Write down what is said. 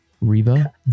Reva